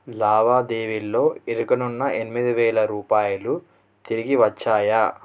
లావాదేవీలో ఇరకనున్న ఎనిమిదివేల రూపాయలు తిరిగి వచ్చాయా